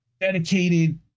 dedicated